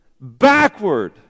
backward